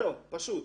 זהו, פשוט.